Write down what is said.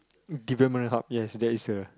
development hub yes that is a